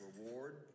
reward